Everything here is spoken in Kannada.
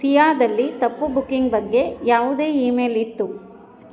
ಸಿಯಾದಲ್ಲಿ ತಪ್ಪು ಬುಕ್ಕಿಂಗ್ ಬಗ್ಗೆ ಯಾವುದೇ ಇಮೇಲ್ ಇತ್ತು